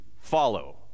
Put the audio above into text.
follow